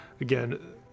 Again